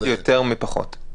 אבל --- יותר מפחות.